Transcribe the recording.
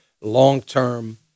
long-term